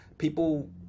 People